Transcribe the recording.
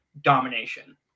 domination